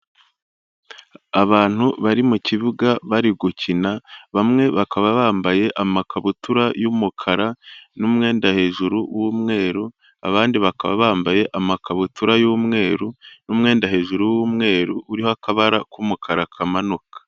Abantu bari mu kibuga bari gukina, bamwe bakaba bambaye amakabutura y'umukara n'umwenda hejuru w'umweru, abandi bakaba bambaye amakabutura y'umweru n'umwenda hejuru w'umweru uriho akabara k'umukara kamanuka.